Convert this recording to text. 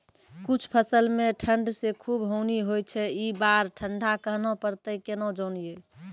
कुछ फसल मे ठंड से खूब हानि होय छैय ई बार ठंडा कहना परतै केना जानये?